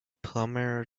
plumber